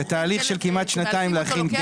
זה תהליך של כמעט שנתיים להכין כלב.